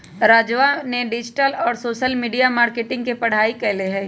राजवा ने डिजिटल और सोशल मीडिया मार्केटिंग के पढ़ाई कईले है